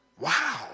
Wow